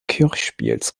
kirchspiels